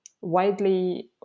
widely